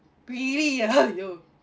really ah !aiyo!